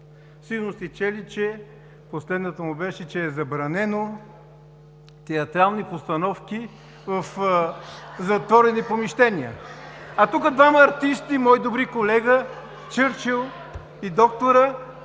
Сигурно сте чели – последната му беше, че е забранено театрални постановки в затворени помещения. (Смях и оживление.) А тук двама артисти, мои добри колеги – Чърчил и доктора,